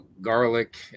garlic